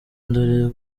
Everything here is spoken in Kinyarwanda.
dore